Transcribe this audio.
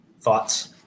Thoughts